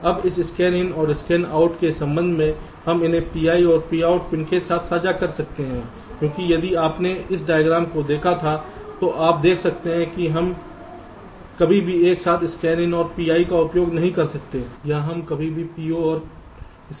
अब इस Scanin और Scanout के संबंध में हम उन्हें PI और Pout पिन के साथ साझा कर सकते हैं क्योंकि यदि आपने उस डायग्राम को देखा था तो आप देख सकते हैं कि हम कभी भी एक साथ scanin और PI का उपयोग नहीं करते हैं या हम कभी भी PO और स्कैनआउट का एक साथ उपयोग नहीं करते हैं